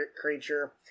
creature